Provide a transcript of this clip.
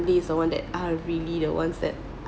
is the one that are really the ones that